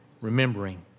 Remembering